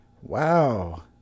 Wow